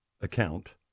account